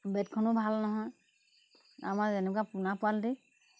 বেটখনো ভাল নহয় আমাৰ যেনেকুৱা পোনা পোৱালিটী